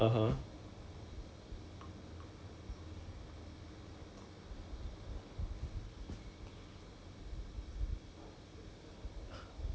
then after that 那个 err 那个 present 那个一个半小时的那个 D_G presentation is just talk cock show the power slide all that how to deal with err P_E_D how to deal with all that